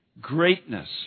greatness